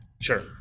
Sure